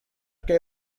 què